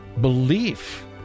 belief